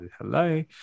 Hello